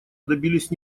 добились